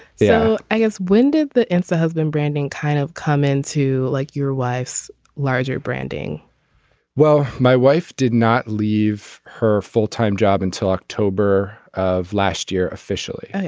yeah i guess when did the answer have been branding kind of come into like your wife's larger branding well my wife did not leave her full time job until october of last year officially.